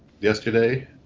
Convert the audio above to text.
yesterday